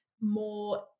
more